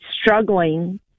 struggling